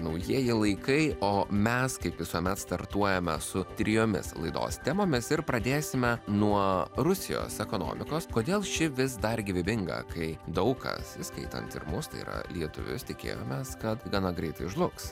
naujieji laikai o mes kaip visuomet startuojame su trijomis laidos temomis ir pradėsime nuo rusijos ekonomikos kodėl ši vis dar gyvybinga kai daug kas įskaitant ir mus tai yra lietuvius tikėjomės kad gana greitai žlugs